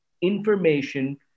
information